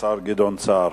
השר גדעון סער.